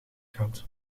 gat